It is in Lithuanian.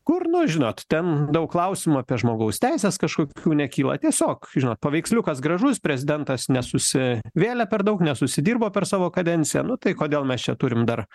kur nu žinot ten daug klausimų apie žmogaus teises kažkokių nekyla tiesiog žinot paveiksliukas gražus prezidentas ne susivėlę per daug nesusidirbo per savo kadenciją nu tai kodėl mes čia turim dar